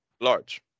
Large